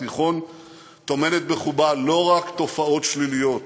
התיכון טומנת בחובה לא רק תופעות שליליות,